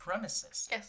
Yes